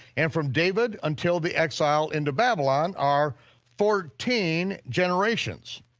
and from david until the exile into babylon are fourteen generations.